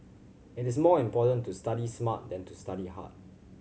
it is more important to study smart than to study hard